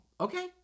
Okay